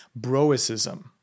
broicism